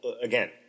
again